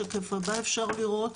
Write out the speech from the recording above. בשקף הבא אפשר לראות,